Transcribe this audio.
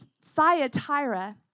Thyatira